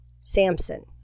samson